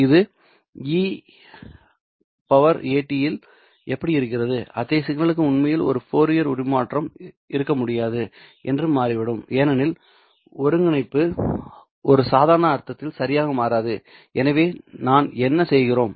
இது e at இல் எப்படி இருக்கிறது அத்தகைய சிக்னலுக்கு உண்மையில் ஒரு ஃபோரியர் உருமாற்றம் இருக்க முடியாது என்று மாறிவிடும் ஏனென்றால் ஒருங்கிணைப்பு ஒரு சாதாரண அர்த்தத்தில் சரியாக மாறாது எனவே நாம் என்ன செய்கிறோம்